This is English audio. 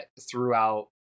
throughout